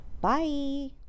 Bye